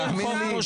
תאמין לי,